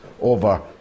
over